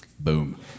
Boom